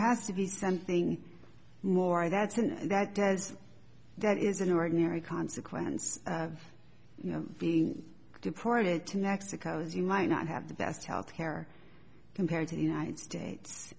has to be something more that's and that does that is an ordinary consequence of you know being deported to mexico as you might not have the best health care compared to the united states